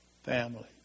Family